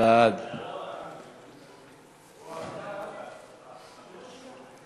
ההצעה להעביר את הצעת חוק המכר